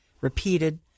repeated